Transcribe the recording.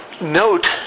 note